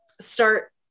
start